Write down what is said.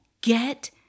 get